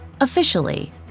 Officially